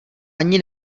ani